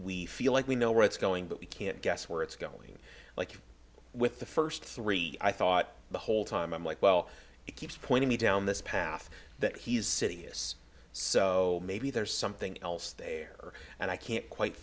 we feel like we know where it's going but we can't guess where it's going like with the first three i thought the whole time i'm like well it keeps pointing me down this path that he's city is so maybe there's something else there and i can't quite